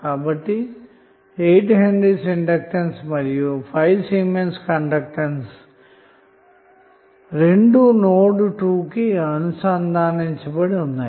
కాబట్టి 8 henry inductance మరియు 5 siemens conductance node నోడ్ 2 కి అనుసంధానించబడి ఉంటాయి